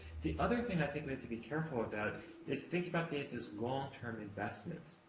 the other thing i think we have to be careful about is thinking about these as long-term investments.